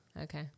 Okay